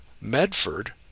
Medford